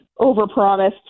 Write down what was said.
overpromised